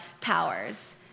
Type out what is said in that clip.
powers